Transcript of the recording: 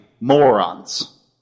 morons